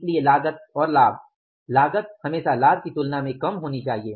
इसलिए लागत और लाभ लागत हमेशा लाभ की तुलना में कम होनी चाहिए